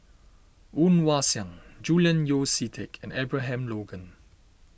Woon Wah Siang Julian Yeo See Teck and Abraham Logan